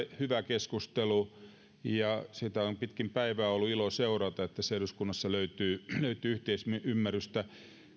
hyvä keskustelu valmiuslaista ja on pitkin päivää ollut ilo seurata että tässä eduskunnassa löytyy löytyy yhteisymmärrystä